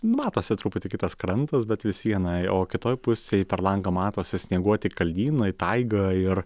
matosi truputį kitas krantas bet vis viena o kitoj pusėj per langą matosi snieguoti kalnynai taiga ir